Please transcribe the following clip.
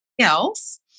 else